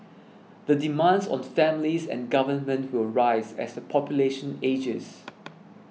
the demands on families and government will rise as the population ages